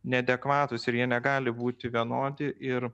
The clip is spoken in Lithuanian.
neadekvatūs ir jie negali būti vienodi ir